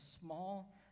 small